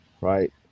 right